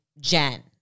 Jen